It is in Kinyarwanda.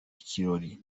ikirori